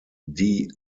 die